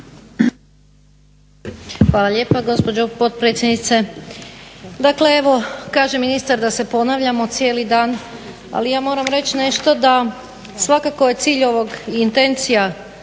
Hvala lijepa gospođo potpredsjednice. Dakle, evo kaže ministar da se ponavljamo cijeli dan ali ja moram reći nešto da svakako je cilj ovog i intencija